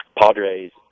Padres